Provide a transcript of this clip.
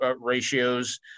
ratios